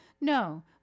No